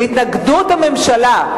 שר התרבות, בהתנגדות הממשלה.